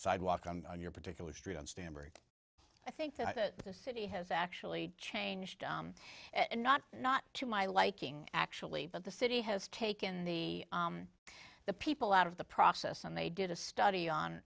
sidewalk on your particular street on stanbury i think that the city has actually changed not not to my liking actually but the city has taken the the people out of the process and they did a study on